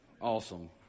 awesome